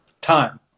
time